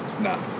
No